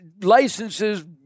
licenses